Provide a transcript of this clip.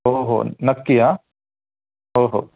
हो हो नक्की या हां हो हो